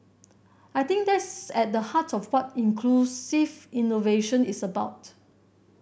I think that's at the heart of what inclusive innovation is about